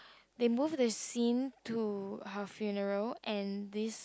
they move to have to seen to her funeral and this